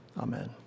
Amen